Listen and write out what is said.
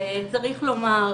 צריך לומר,